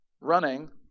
running